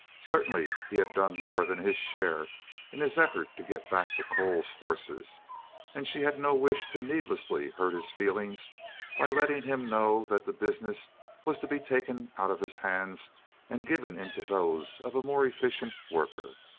certainly he had done more than his share in his effort to get back the coles horses and she had no wish to needlessly hurt his feelings by letting him know that the business was to be taken out of his hands and given into those of a more efficient worker.